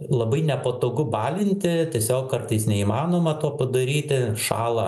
labai nepatogu balinti tiesiog kartais neįmanoma to padaryti šąla